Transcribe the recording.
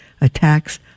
attacks